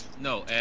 No